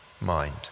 mind